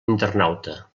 internauta